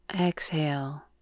exhale